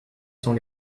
sont